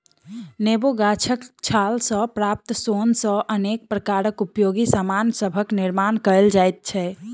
नेबो गाछक छाल सॅ प्राप्त सोन सॅ अनेक प्रकारक उपयोगी सामान सभक निर्मान कयल जाइत छै